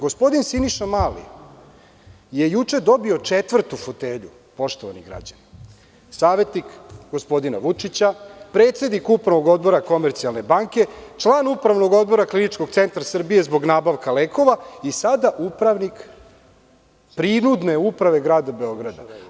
Gospodin Siniša Mali je juče dobio četvrtu fotelju, poštovani građani, savetnik gospodina Vučića, predsednik Upravnog odbora Komercijalne banke, član Upravnog odbora KCS zbog nabavka lekova i sada upravnik prinudne uprave Grada Beograda.